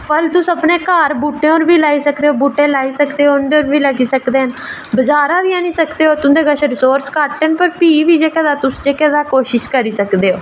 फल तुस अपने घर बूह्टें पर बी लाई सकदे बूह्टें पर बी लाई सकदे ते उं'दे पर बी लगी सकदे न बजारै दा बी आह्न्नी सकदे ओ तुं'दे कोल रिसोर्स घट्ट न पर प्ही बी तुस जेह्का तां कोशिश करी सकदे ओ